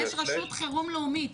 יש רשות חירום לאומית.